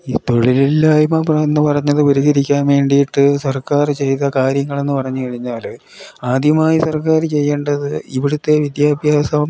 ഈ തൊഴിലില്ലായ്മ എന്ന് പറഞ്ഞത് പരിഹരിക്കാൻ വേണ്ടിയിട്ട് സർക്കാർ ചെയ്ത കാര്യങ്ങളെന്ന് പറഞ്ഞുകഴിഞ്ഞാൽ ആദ്യമായി സർക്കാർ ചെയ്യേണ്ടത് ഇവിടുത്തെ വിദ്യാഭ്യാസം